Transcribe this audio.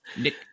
Nick